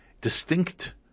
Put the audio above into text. distinct